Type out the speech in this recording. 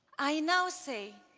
i now say,